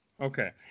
Okay